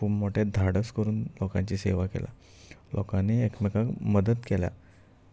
खूब मोटे धाडच करून लोकांची सेवा केला लोकांनी एकमेकांक मदत केल्या